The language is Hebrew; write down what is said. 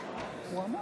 לא אמר.